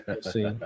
see